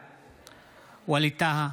בעד ווליד טאהא,